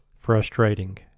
frustrating